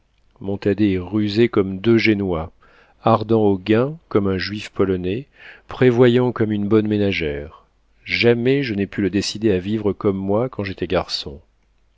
est rusé comme deux génois ardent au gain comme un juif polonais prévoyant comme une bonne ménagère jamais je n'ai pu le décider à vivre comme moi quand j'étais garçon